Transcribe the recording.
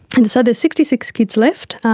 and so there's sixty six kids left,